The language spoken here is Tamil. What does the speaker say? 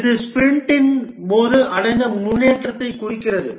இது ஸ்பிரிண்டின் போது அடைந்த முன்னேற்றத்தைக் குறிக்கிறது